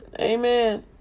Amen